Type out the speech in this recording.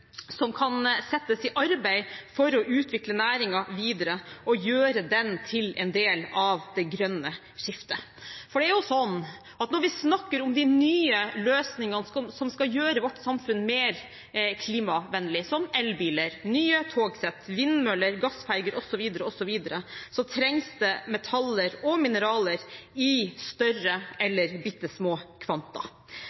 som kan settes i arbeid for å utvikle næringen videre og gjøre den til en del av det grønne skiftet. For det er sånn at når vi snakker om de nye løsningene som skal gjøre vårt samfunn mer klimavennlig, som elbiler, nye togsett, vindmøller, gassferger osv., osv., trengs det metaller og mineraler i større eller bittesmå kvanta.